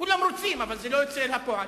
כולם רוצים, אבל זה לא יוצא אל הפועל.